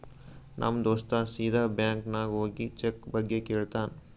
ನಮ್ ದೋಸ್ತ ಸೀದಾ ಬ್ಯಾಂಕ್ ನಾಗ್ ಹೋಗಿ ಚೆಕ್ ಬಗ್ಗೆ ಕೇಳ್ತಾನ್